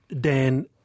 Dan